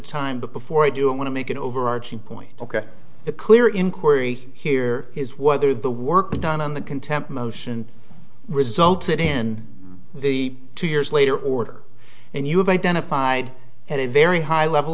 time but before i do i want to make an overarching point ok the clear inquiry here is whether the work done on the contempt motion resulted in the two years later order and you've identified at a very high level